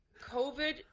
COVID